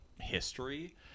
history